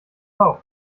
lauf